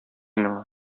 миңа